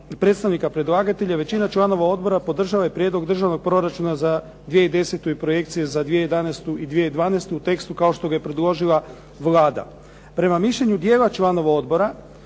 predstavnika predlagatelja većina članova odbora podržala je Prijedlog državnog proračuna za 2010. i projekcije za 2011. i 2012. u tekstu kao što ga je predložila Vlada. Prema mišljenju dijela članova odbora